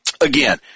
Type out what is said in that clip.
again